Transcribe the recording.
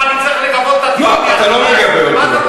מה, אני צריך לגבות את, לא, אתה לא מגבה אותו.